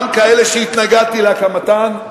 גם כאלה שהתנגדתי להקמתן,